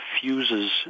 fuses